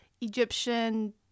Egyptian